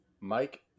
Mike